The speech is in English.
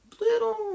little